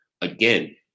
Again